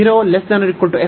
ಮತ್ತು k